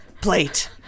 plate